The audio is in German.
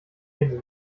jetzt